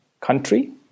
country